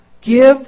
Give